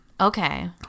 Okay